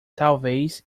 talvez